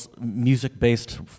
music-based